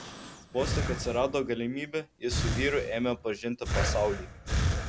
vos tik atsirado galimybė ji su vyru ėmė pažinti pasaulį